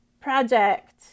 project